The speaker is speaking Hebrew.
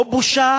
אדוני היושב-ראש,